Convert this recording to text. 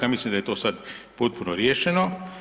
Ja mislim da je to sad potpuno riješeno.